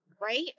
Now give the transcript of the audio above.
Right